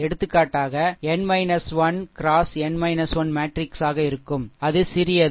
எடுத்துக்காட்டாக அது n 1 x n 1 மேட்ரிக்ஸாக இருக்கும் சரி அது சிறியது